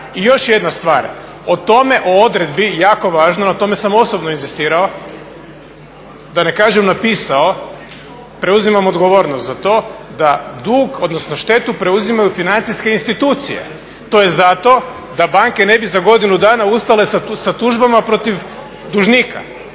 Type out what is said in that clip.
I još jedna stvar, o tome o odredbi je jako važno, na tome sam osobno inzistirao da ne kažem napisao preuzimam odgovornost za to da dug odnosno štetu preuzimaju financijske institucije, to je zato da banke ne bi banke za godinu dana ustale sa tužbama protiv dužnika.